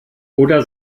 oder